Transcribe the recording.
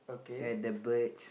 at the birds